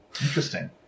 Interesting